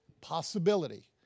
possibility